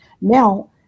Now